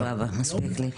סבבה, מספיק לי.